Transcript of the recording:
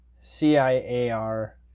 C-I-A-R